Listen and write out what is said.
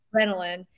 adrenaline